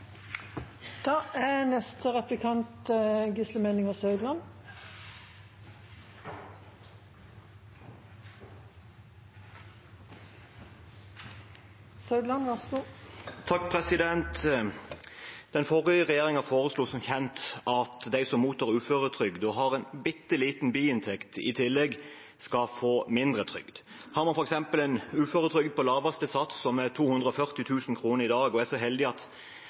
Den forrige regjeringen foreslo som kjent at de som mottar uføretrygd og har en bitte liten biinntekt i tillegg, skal få mindre trygd. Har man f.eks. en uføretrygd på laveste sats, som er 240 000 kr i dag, og er så heldig at